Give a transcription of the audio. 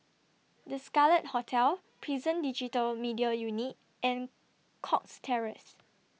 The Scarlet Hotel Prison Digital Media Unit and Cox Terrace